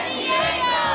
Diego